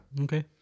Okay